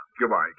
Goodbye